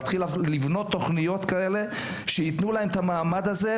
להתחיל לבנות תוכניות כאלה שיתנו להם את המעמד הזה,